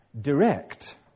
direct